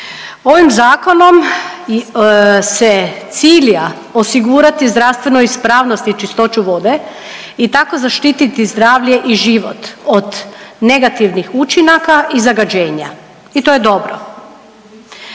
Ovim zakonom se cilja osigurati zdravstvenu ispravnost i čistoću vode i tako zaštiti zdravlje i život od negativnih učinaka i zagađenja. I to je dobro.